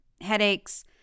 Headaches